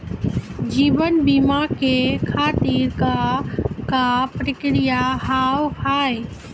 जीवन बीमा के खातिर का का प्रक्रिया हाव हाय?